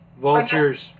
Vultures